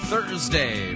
Thursday